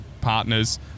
partners